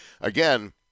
again